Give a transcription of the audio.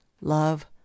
love